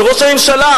וראש הממשלה,